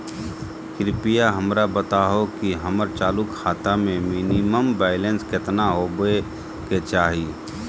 कृपया हमरा बताहो कि हमर चालू खाता मे मिनिमम बैलेंस केतना होबे के चाही